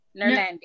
Nerlandi